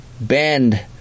bend